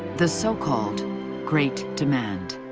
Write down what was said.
the so-called great demand.